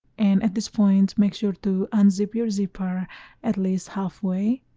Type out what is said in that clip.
and at this point make sure to unzip your zipper at least halfway